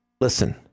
Listen